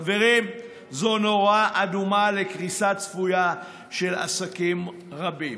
חברים, זו נורה אדומה לקריסת צפויה של עסקים רבים.